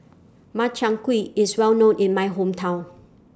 Makchang Gui IS Well known in My Hometown